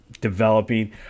developing